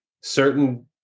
certain